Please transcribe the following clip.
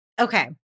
Okay